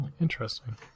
interesting